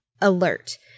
alert